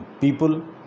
people